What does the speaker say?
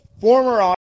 former